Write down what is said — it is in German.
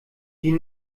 die